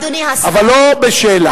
אבל לא בשאלה.